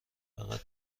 فقط